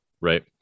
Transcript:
right